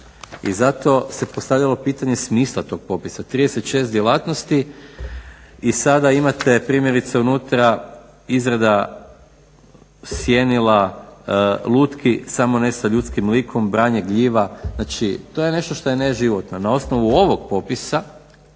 i zato se postavljalo pitanje smisla tog popisa, 36 djelatnosti i sada imate primjerice unutra izrada sjenila lutki samo ne sa ljudskim likom, branje gljiva, znači to je nešto što je neživotno. Na osnovu ovog popisa